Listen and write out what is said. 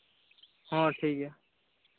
ᱦᱚᱸ ᱴᱷᱤᱠ ᱜᱮᱭᱟ